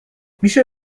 میشه